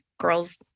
girls